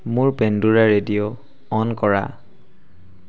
মোৰ Pandora radio on কৰা